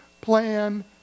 plan